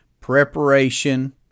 Preparation